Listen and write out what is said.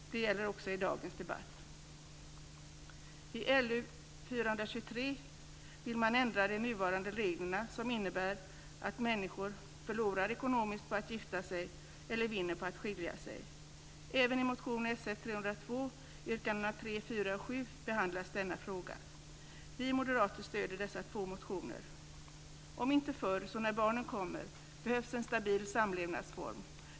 Detta gäller också i dagens debatt. I motion L423 vill man ändra de nuvarande reglerna som innebär att människor förlorar ekonomiskt på att gifta sig eller vinner på att skilja sig. Även i motion Sf302, yrkandena 3, 4 och 7, behandlas denna fråga. Vi moderater stöder dessa två motioner. Om inte förr, så när barnen kommer, behövs en stabil samlevnadsform.